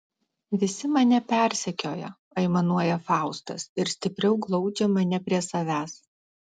visi mane persekioja aimanuoja faustas ir stipriau glaudžia mane prie savęs